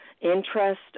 interest